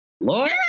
Lord